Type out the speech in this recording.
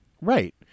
Right